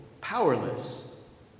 powerless